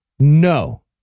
No